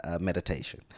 meditation